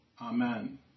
Amen